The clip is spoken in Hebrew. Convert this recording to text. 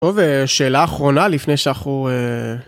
טוב, שאלה אחרונה לפני שאנחנו...